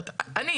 אצלי,